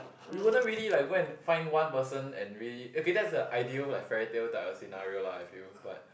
we wouldn't really like go and find one person and really okay that's a ideal like fairy tale type of scenario lah I feel but